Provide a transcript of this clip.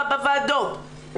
בוועדות.